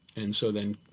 and so then